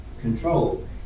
control